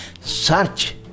search